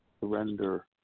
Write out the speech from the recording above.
surrender